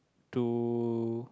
to